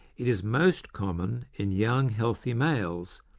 it is most common in young healthy males,